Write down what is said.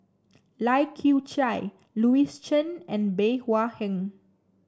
Lai Kew Chai Louis Chen and Bey Hua Heng